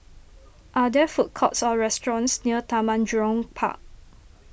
are there food courts or restaurants near Taman Jurong Park